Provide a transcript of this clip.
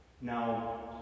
Now